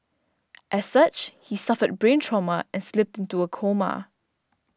as such he suffered brain trauma and slipped into a coma